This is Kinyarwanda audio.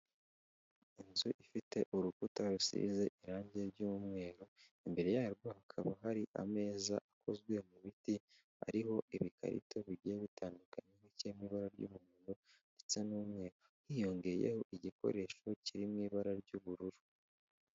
Inzu ifite urukuta rusize irangi ry'umweru, imbere yarwo hakaba hari ameza akozwe mu biti ari ibikarito bigiye bitandukanye ndetse n'ibara ry'umuhondo ndetse n'umweru hiyongeyeho igikoresho kiri mu ibara ry'ubururu.